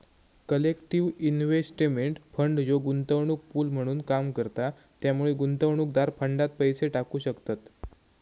collective investment fund ह्यो गुंतवणूक pool म्हणून काम करता त्यामुळे गुंतवणूकदार फंडात पैसे टाकू शकतत